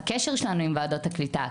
הקשר שלנו עם ועדות הקליטה,